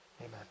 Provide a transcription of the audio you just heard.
Amen